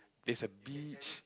is a beach